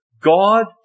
God